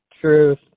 Truth